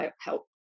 help